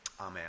Amen